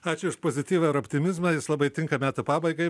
ačiū už pozityvą ir optimizmą jis labai tinka metų pabaigai